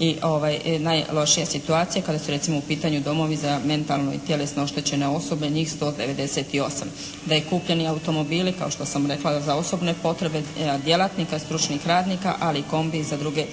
i najlošije situacije, kada su recimo u pitanju domovi za mentalno i tjelesno oštećene osobe, njih 198, da je kupljeni automobili kao što sam rekla za osobne potrebe djelatnika, stručnih radnika, ali i kombi za druge